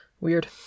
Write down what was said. Weird